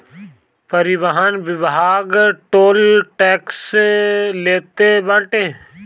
परिवहन विभाग toll tax लेत बाटे